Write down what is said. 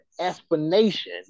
explanation